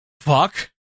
Fuck